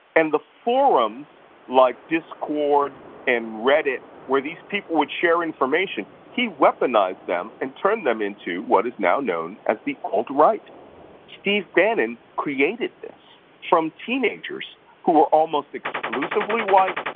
and the forums like discord and reddit where these people would share information, he weaponized them and turned them into what is now known as the alt-right. steve bannon created this from teenagers who were almost exclusively white,